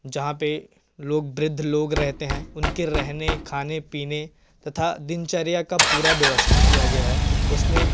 जहाँ पर लोग वृद्ध लोग रहते हैं उनके रहने खाने पीने तथा दिनचर्या की पूरा व्यवस्था किया गया है उसमें